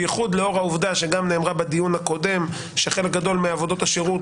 בייחוד לאור העובדה שגם נאמרה בדיון הקודם שחלק גדול מעבודות השירות,